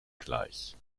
gleich